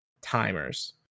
timers